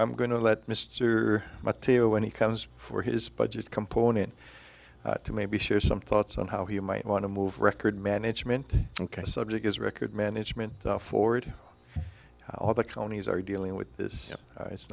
i'm going to let mr mateo when he comes for his budget component to maybe share some thoughts on how he might want to move record management ok subject his record management forward all the counties are dealing with this it's